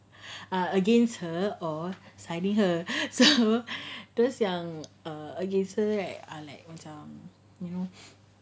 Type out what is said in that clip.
ah against her or citing her so those yang against her right are like macam you know